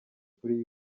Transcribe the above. kuri